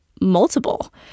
multiple